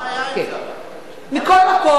כל אזרח במדינה